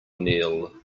neil